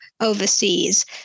overseas